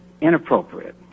Inappropriate